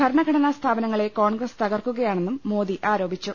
ഭരണഘടനാ സ്ഥാപ നങ്ങളെ കോൺഗ്രസ് തകർക്കുകയാണെന്നും മോദി ആരോപിച്ചു